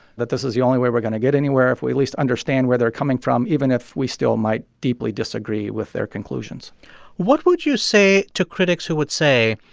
that this is the only way we're going to get anywhere if we at least understand where they're coming from, even if we still might deeply disagree with their conclusions what would you say to critics who would say,